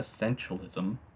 essentialism